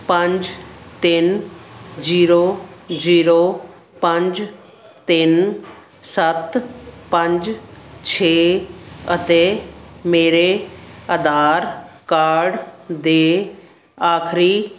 ਪੰਜ ਤਿੰਨ zero zero ਪੰਜ ਤਿੰਨ ਸੱਤ ਪੰਜ ਛੇ ਅਤੇ ਮੇਰੇ ਆਧਾਰ ਕਾਰਡ ਦੇ ਆਖਰੀ